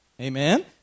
Amen